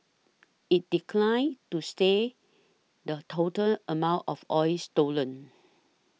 it declined to say the total amount of oil stolen